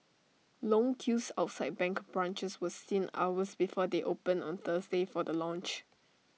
long queues outside bank branches were seen hours before they opened on Thursday for the launch